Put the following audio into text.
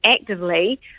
actively